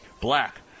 Black